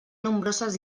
nombroses